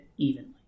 Evenly